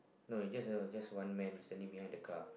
no it's just a just one man standing behind the car